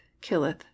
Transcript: killeth